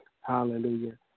Hallelujah